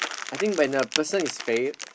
I think when a person is fail